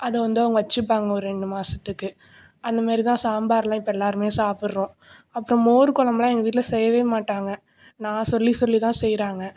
அது வந்து அவங்க வச்சுப்பாங்க ஒரு ரெண்டு மாதத்துக்கு அந்த மாதிரிதான் சாம்பார்லாம் இப்போ எல்லோருமே சாப்பிட்றோம் அப்றம் மோர் குழம்புலாம் எங்கள் வீட்டில் செய்யவே மாட்டாங்க நான் சொல்லி சொல்லிதான் செய்கிறாங்க